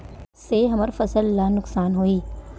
से हमर फसल ला नुकसान होही?